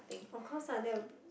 of course I know